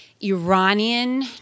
Iranian